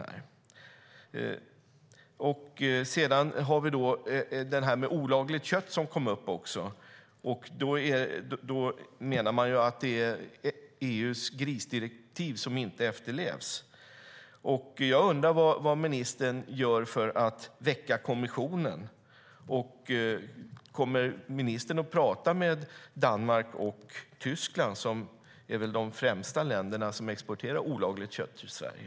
När det gäller olagligt kött, som nämndes, menar man att det är EU:s grisdirektiv som inte efterlevs. Jag undrar vad ministern gör för att väcka kommissionen. Kommer ministern att prata med Danmark och Tyskland, som är de länder som främst exporterar olagligt kött till Sverige?